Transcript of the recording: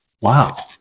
Wow